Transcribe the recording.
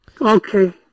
Okay